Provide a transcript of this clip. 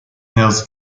hills